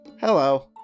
Hello